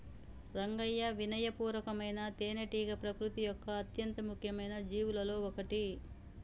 రంగయ్యా వినయ పూర్వకమైన తేనెటీగ ప్రకృతి యొక్క అత్యంత ముఖ్యమైన జీవులలో ఒకటి